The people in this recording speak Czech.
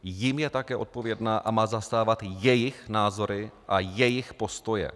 Jim je také odpovědna a má zastávat jejich názory a jejich postoje.